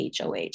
HOH